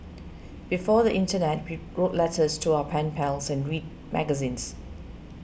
before the internet we wrote letters to our pen pals and read magazines